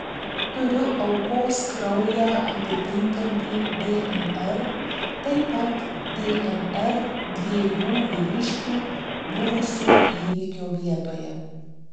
turiu aukos kraują atitinkantį dnr taip pat dnr dviejų vyriškių buvusių įvykio vietoje